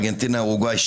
ארגנטינה-אורוגוואי,